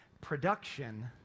production